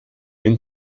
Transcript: den